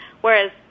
whereas